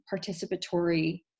participatory